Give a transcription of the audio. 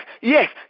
yes